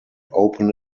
open